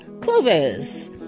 Clovis